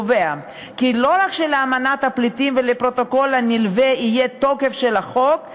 והוא קובע כי לא רק שלאמנת הפליטים ולפרוטוקול הנלווה יהיה תוקף של חוק,